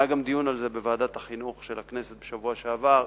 היה על זה גם דיון בוועדת החינוך של הכנסת בשבוע שעבר,